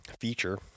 feature